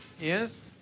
Yes